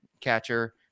catcher